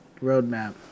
Roadmap